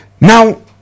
Now